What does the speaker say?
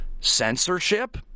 censorship